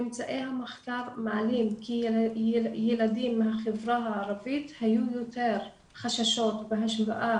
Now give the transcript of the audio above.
ממצאי המחקר מעלים כי לילדים מהחברה הערבית היו יותר חששות בהשוואה